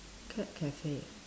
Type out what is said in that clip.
cat cafe